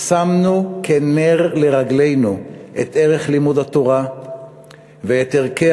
שמנו כנר לרגלינו את ערך לימוד התורה ואת ערכי